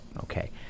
Okay